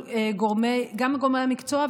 וגם מול גורמי המקצוע,